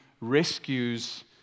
rescues